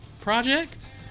project